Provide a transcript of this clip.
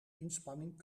inspanning